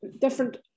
different